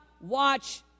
watch